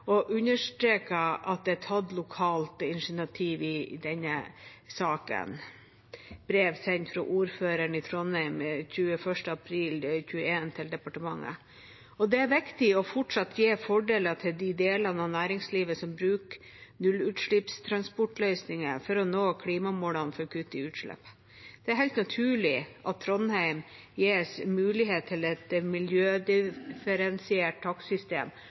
og understreker at det er tatt lokalt initiativ i denne saken – brev sendt fra ordføreren i Trondheim 21. april 2021 til departementet. Det er viktig fortsatt å gi fordeler til de delene av næringslivet som bruker nullutslippstransportløsninger for å nå klimamålene om å kutte utslipp. Det er helt naturlig at Trondheim gis mulighet til et miljødifferensiert takstsystem